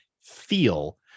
feel